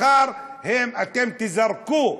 מחר אתם תיזרקו,